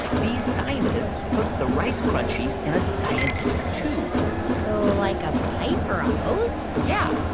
these scientists put the rice crunchies in a scientific tube so like a pipe or a hose? yeah.